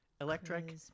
electric